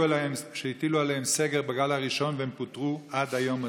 עליהם סגר בגל הראשון והם פוטרו עד היום הזה.